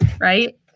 Right